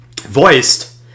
voiced